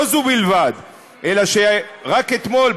ולא זו בלבד אלא שרק אתמול,